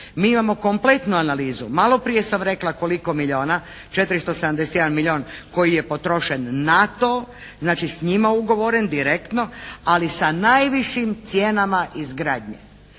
mi imamo kompletnu analizu. Maloprije sam rekla koliko milijuna. 471 milijun koji je potrošen na to. Znači, s njima ugovoren, direktno. Ali sa najvišim cijenama izgradnje.